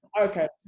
Okay